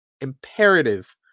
imperative